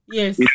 yes